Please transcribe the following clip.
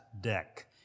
deck